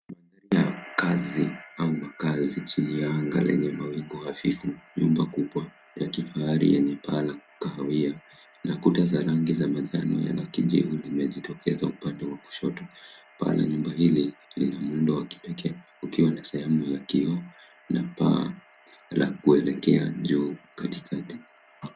Mandhari ni ya makazi chini ya anga lenye mawingu hafifu. Nyumba kubwa la kifahari yenye paa la kahawia na kuta za rangi ya manajano na kijivu limejitokeza upande wa kushoto. Paa la nyumba hili lina muundo wa kipekee ukiwa na sehemu ya kioo na paa la kuelekea juu katikati.